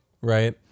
right